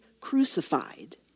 crucified